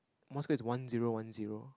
Morse code is one zero one zero